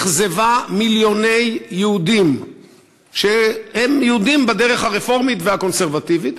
אכזבה מיליוני יהודים שהם יהודים בדרך הרפורמית והקונסרבטיבית,